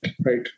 right